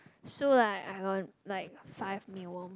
so like I own like five mealworm